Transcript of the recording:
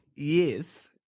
Yes